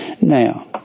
Now